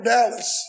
Dallas